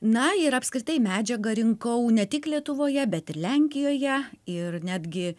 na ir apskritai medžiagą rinkau ne tik lietuvoje bet ir lenkijoje ir netgi